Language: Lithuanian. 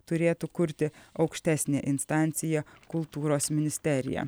turėtų kurti aukštesnę instanciją kultūros ministeriją